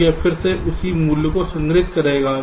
तो यह फिर से उसी मूल्य को संग्रहीत करेगा